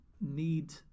need